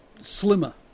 slimmer